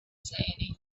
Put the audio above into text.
say